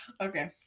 Okay